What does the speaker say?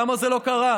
למה זה לא קרה?